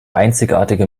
einzigartige